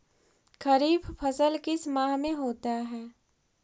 खरिफ फसल किस माह में होता है?